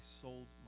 sold